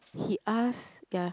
he ask ya